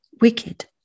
wicked